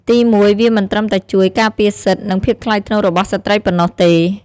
ទីមួយ វាមិនត្រឹមតែជួយ ការពារសិទ្ធិ និងភាពថ្លៃថ្នូររបស់ស្ត្រីប៉ុណ្ណោះទេ។